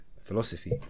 Philosophy